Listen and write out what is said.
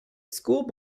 school